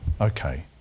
Okay